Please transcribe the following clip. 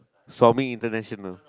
somy international